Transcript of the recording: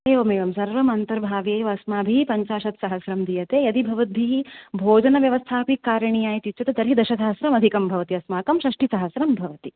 एवमेवं सर्वमन्तर्भाव्य एव अस्माभिः पञ्चाशत् सहस्रं दीयते यदि भवद्भिः भोजनव्यवस्थाऽपि कारणीया इत्युच्यते तर्हि दशसहस्रमधिकं भवति अस्माकं षष्टिसहस्रं भवति